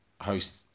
Host